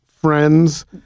friends